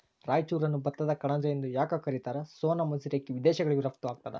ರಾಯಚೂರನ್ನು ಭತ್ತದ ಕಣಜ ಎಂದು ಯಾಕ ಕರಿತಾರ? ಸೋನಾ ಮಸೂರಿ ಅಕ್ಕಿ ವಿದೇಶಗಳಿಗೂ ರಫ್ತು ಆಗ್ತದ